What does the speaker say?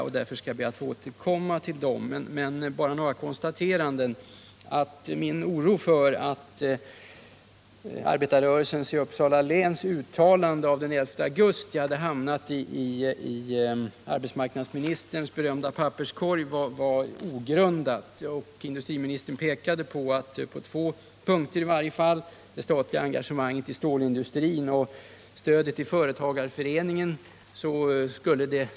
Jag ber därför att få återkomma till dem. Men först vill jag göra några konstateranden. Min oro för att arbetarrörelsens i Uppsala län uttalande av den 11 augusti hade hamnat i arbetsmarknadsministerns berömda papperskorg var tydligen ogrundad. I varje fall pekade industriministern på två punkter där det vidtas åtgärder i olika avseenden, nämligen när det gäller det statliga engagemanget i stålindustrin och stödet till företagarföreningen.